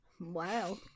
Wow